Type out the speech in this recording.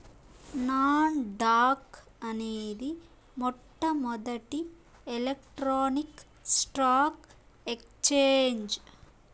non dock అనేది మొట్టమొదటి electronic stock exchange